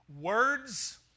Words